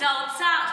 זה האוצר.